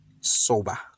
sober